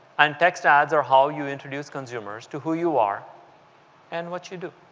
and text ads are how you introduce consumers to who you are and what you do.